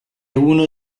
uno